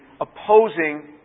Opposing